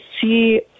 see